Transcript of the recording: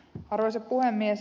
arvoisa puhemies